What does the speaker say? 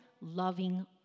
loving